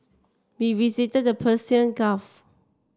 we visited the Persian Gulf